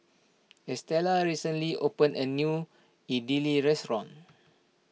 Estella recently opened a new Idili restaurant